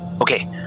Okay